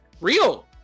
real